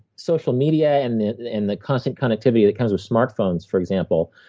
social media and the and the constant connectivity that comes with smartphones for example,